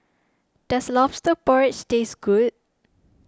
does Lobster Porridge taste good